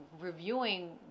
reviewing